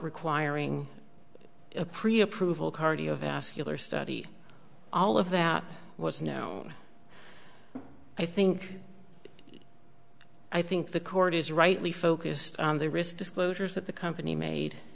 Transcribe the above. requiring a pre approval cardiovascular study all of that was now i think i think the court is rightly focused on the risk disclosures that the company made